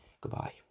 Goodbye